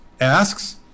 asks